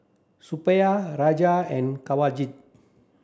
Suppiah Raja and Kanwaljit